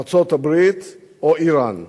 ארצות-הברית או אירן?